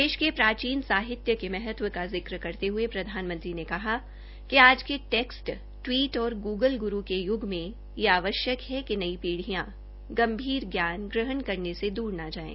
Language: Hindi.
देश के प्राचीन साहित्य के महत्व का जिक्र करते हये प्रधानमंत्री ने कहा कि आज के टैक्स्ट टवीट ओर ग्ग्ल ग्रू के य्ग में ये आवश्यक है कि नई पीढियां गंभीर ज्ञान ग्रहण करने से दूर न जायें